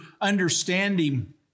understanding